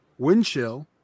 windchill